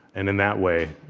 and in that way,